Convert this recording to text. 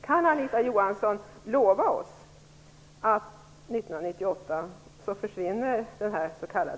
Kan Anita Johansson lova oss att den här s.k.